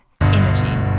Energy